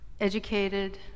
educated